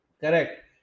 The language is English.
Correct